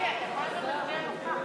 ההסתייגות השנייה של חברי הכנסת יעקב אשר,